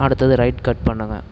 அடுத்தது right cut பண்ணுங்கள்